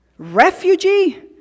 Refugee